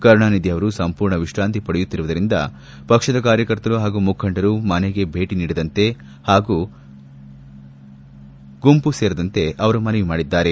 ಕರುಣಾನಿಧಿ ಅವರು ಸಂಪೂರ್ಣ ವಿಶ್ರಂತಿ ಪಡೆಯುತ್ತಿರುವುದರಿಂದ ಪಕ್ಷದ ಕಾರ್ಯಕರ್ತರು ಹಾಗೂ ಮುಖಂಡರು ಮನೆಗೆ ಭೇಟಿ ನೀಡದಂತೆ ಅವರು ಮನವಿ ಮಾಡಿದ್ದಾರೆ